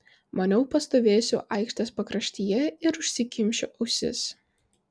maniau pastovėsiu aikštės pakraštyje ir užsikimšiu ausis